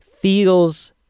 feels